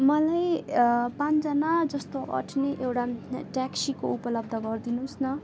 मलाई पाँचजना जस्तो अँट्ने एउटा ट्याक्सीको उपलब्ध गरिदिनु होस् न